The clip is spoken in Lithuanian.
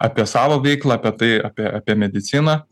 apie savo veiklą apie tai apie apie mediciną